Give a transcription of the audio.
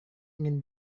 ingin